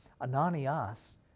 Ananias